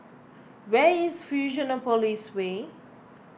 where is Fusionopolis Way